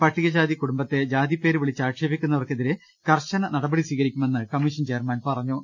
പട്ടികജാതി കുടുംബത്തെ ജാതിപ്പേര് വിളിച്ച് ആക്ഷേപിക്കുന്നവർക്കെതിരെ കർശന നടപടി സ്വീകരിക്കു മെന്ന് കമ്മീഷൻ ചെയർമാൻ പറഞ്ഞു